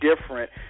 different